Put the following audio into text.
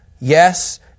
Yes